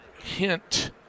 hint